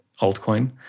altcoin